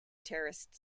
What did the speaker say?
terraced